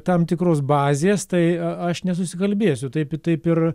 tam tikros bazės tai aš nesusikalbėsiu taip ir taip ir